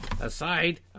Aside